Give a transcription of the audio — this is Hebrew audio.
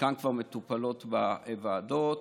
חלקן כבר מטופלות בוועדות